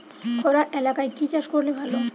খরা এলাকায় কি চাষ করলে ভালো?